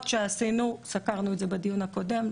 שעשינו סקרנו את זה בדיון הקודם,